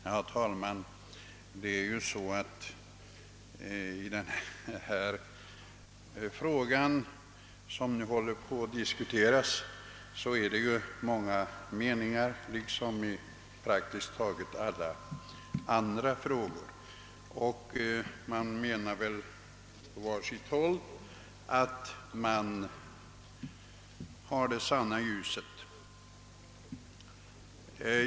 Herr talman! I den fråga vi nu behandlar föreligger det som i de flesta andra frågor många olika uppfattningar, och var och en anser att han funnit det sanna ljuset.